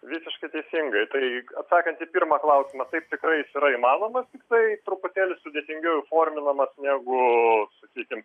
visiškai teisingai tai atsakant į pirmą klausimą taip tikrai jis yra įmanomas tiktai truputėlį sudėtingiau įforminamas negu sakykim